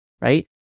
right